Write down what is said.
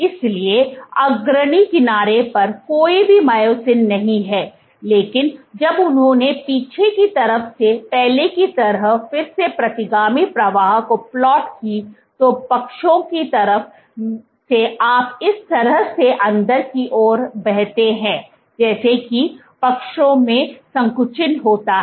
इसलिए अग्रणी किनारे पर कोई भी मायोसिन नहीं है लेकिन जब उन्होंने पीछे की तरफ से पहले की तरह फिर से प्रतिगामी प्रवाह को प्लॉट की तो पक्षों की तरफ से आप इस तरह से अंदर की ओर बहते हैं जैसे कि पक्षों से संकुचन होता है